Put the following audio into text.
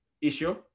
issue